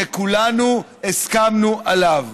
שכולנו הסכמנו עליו.